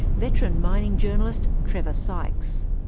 veteran mining journalist, trevor sykes.